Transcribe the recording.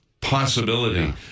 possibility